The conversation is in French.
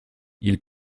ils